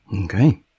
Okay